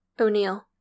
O'Neill